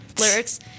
lyrics